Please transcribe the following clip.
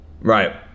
Right